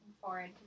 forward